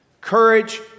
courage